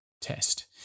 test